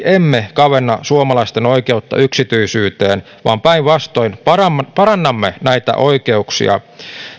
emme mielestäni kavenna suomalaisten oikeutta yksityisyyteen vaan päinvastoin parannamme näitä oikeuksia